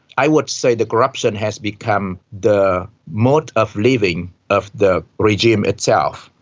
i would say the corruption has become the mode of living of the regime itself.